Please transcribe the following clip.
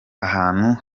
ahantu